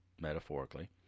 metaphorically